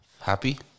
Happy